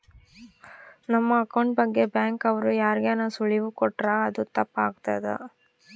ನಮ್ ಅಕೌಂಟ್ ಬಗ್ಗೆ ಬ್ಯಾಂಕ್ ಅವ್ರು ಯಾರ್ಗಾನ ಸುಳಿವು ಕೊಟ್ರ ಅದು ತಪ್ ಆಗ್ತದ